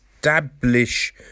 Establish